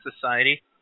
society